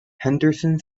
henderson